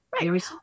Right